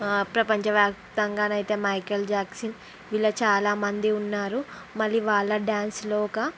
ప్రపంచ వ్యాప్తంగాను అయితే మైఖేల్ జాక్సన్ ఇలా చాలా మంది ఉన్నారు మళ్ళీ వాళ్ళ డాన్స్లో ఒక